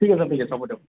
ঠিক আছে ঠিক আছে হ'ব দিয়ক